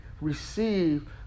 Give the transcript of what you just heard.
receive